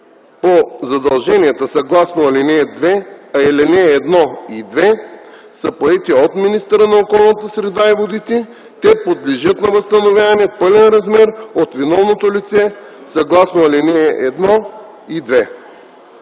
по задълженията съгласно ал. 1 и 2 са поети от министъра на околната среда и водите, те подлежат на възстановяване в пълен размер от виновното лице, съгласно ал. 1 и 2.”